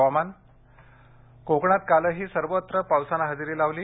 हवामान कोकणात कालही सर्वत्र पावसानं हजेरी लावली